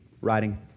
writing